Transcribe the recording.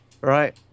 right